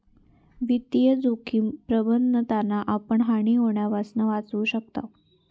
वित्तीय जोखिम प्रबंधनातना आपण हानी होण्यापासना वाचू शकताव